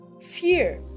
Fear